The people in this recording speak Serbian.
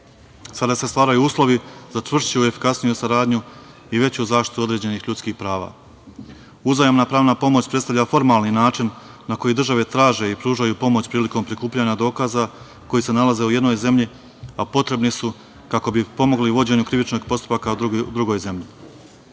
se stvaraju uslovi za čvršću i efikasniju saradnju i veću zaštitu određenih ljudskih prava. Uzajamna pravna pomoć predstavlja formalni način na koji države traže i pružaju pomoć prilikom prikupljanja dokaza koji se nalaze u jednoj zemlji, a potrebni su kako bi pomogli u vođenju krivičnih postupaka u drugoj zemlji. Srbija